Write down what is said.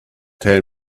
tell